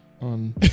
On